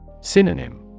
Synonym